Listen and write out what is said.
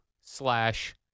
slash